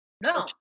No